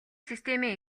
системийн